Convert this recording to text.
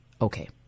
Okay